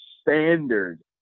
standard